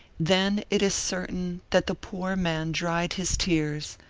then it is certain that the poor man dried his tears,